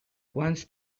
quants